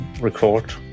record